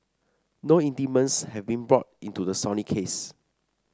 no indictments have been brought into the Sony case